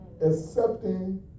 Accepting